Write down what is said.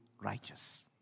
righteous